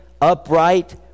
upright